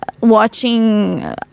watching